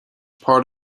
part